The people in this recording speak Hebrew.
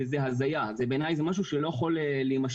וזה הזיה, בעיניי זה משהו שלא יכול להימשך.